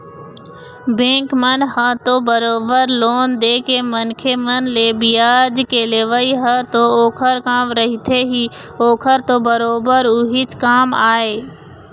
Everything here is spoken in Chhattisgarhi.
बेंक मन ह तो बरोबर लोन देके मनखे मन ले बियाज के लेवई ह तो ओखर काम रहिथे ही ओखर तो बरोबर उहीच काम आय